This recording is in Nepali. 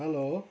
हेलो